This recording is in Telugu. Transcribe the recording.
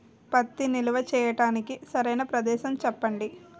పత్తి నిల్వ చేయటానికి సరైన ప్రదేశం చెప్పండి?